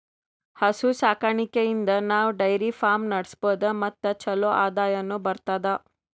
ಹಸು ಸಾಕಾಣಿಕೆಯಿಂದ್ ನಾವ್ ಡೈರಿ ಫಾರ್ಮ್ ನಡ್ಸಬಹುದ್ ಮತ್ ಚಲೋ ಆದಾಯನು ಬರ್ತದಾ